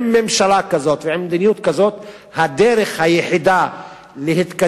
עם ממשלה כזאת ועם מדיניות כזאת הדרך היחידה להתקדם,